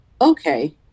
okay